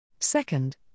Second